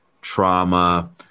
trauma